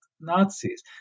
Nazis